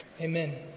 Amen